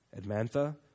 Admantha